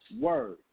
Word